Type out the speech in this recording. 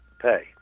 pay